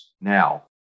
Now